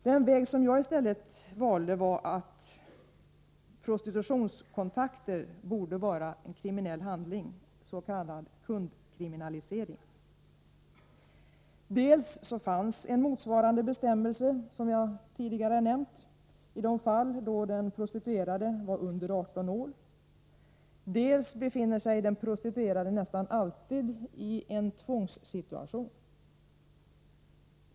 Den väg som jag stället valde var att prostitutionskontakter borde vara en kriminell handling, s.k. kundkriminalisering. Dels fanns en motsvarande bestämmelse, som jag tidigare nämnt, i de fall då den prostituerade var under 18 år, dels befinner sig den prostituerade nästan alltid i en tvångssituation.